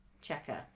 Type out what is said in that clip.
checker